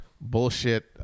bullshit